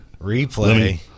Replay